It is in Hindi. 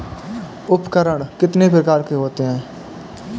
उपकरण कितने प्रकार के होते हैं?